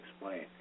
explain